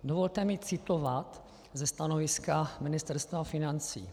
Dovolte mi citovat ze stanoviska Ministerstva financí: